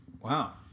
Wow